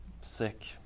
sick